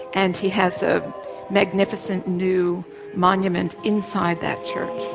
and he has a magnificent new monument inside that church.